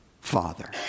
father